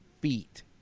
feet